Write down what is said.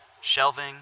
Shelving